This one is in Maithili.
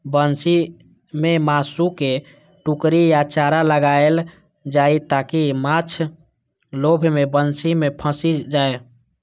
बंसी मे मासुक टुकड़ी या चारा लगाएल जाइ, ताकि माछ लोभ मे बंसी मे फंसि जाए